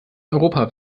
europa